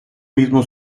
mismo